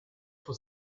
for